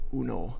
uno